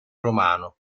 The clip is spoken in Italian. romano